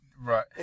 right